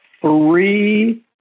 three